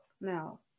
now